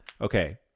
Okay